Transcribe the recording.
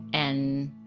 and